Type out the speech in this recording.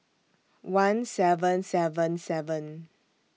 one seven seven seven